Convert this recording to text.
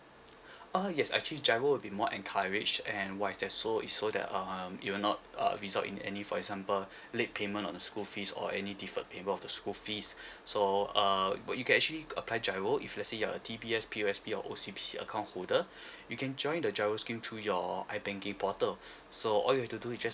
uh yes actually giro will be more encourage and wise there's so so that um you're not uh result in any for example late payment on the school fees or any defer payment of the school fees so uh but you can actually apply giro if let say you're a D_B_S P_O_S_B or O_C_B_C account holder you can join the giro scheme to your ibanking portal so all you've to do you just